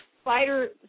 Spider